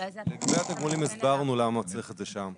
לגבי התגמולים הסברנו למה צריך את זה שם,